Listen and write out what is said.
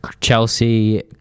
Chelsea